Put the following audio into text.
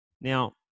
Now